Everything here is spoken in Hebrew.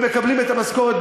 ומקבלים את המשכורת,